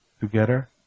together